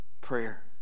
prayer